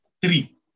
three